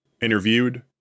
Interviewed